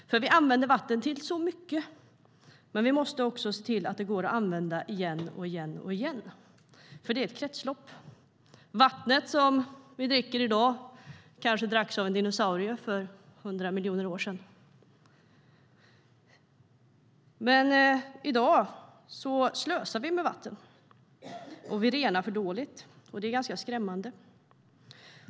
Vi använder nämligen vatten till så mycket, och vi måste se till att det går att använda igen och igen eftersom det är ett kretslopp. Det vatten vi dricker i dag kanske dracks av en dinosaurie för 100 miljoner år sedan. I dag slösar vi dock med vatten, och vi renar för dåligt. Det är ganska skrämmande.